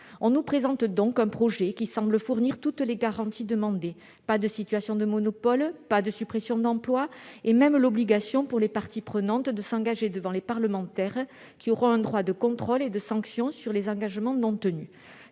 est présenté, semble donc fournir toutes les garanties demandées : pas de situation de monopole, pas de suppressions d'emplois, et même l'obligation pour les parties prenantes de s'engager devant les parlementaires qui auront un droit de contrôle et de sanction sur les engagements non tenus.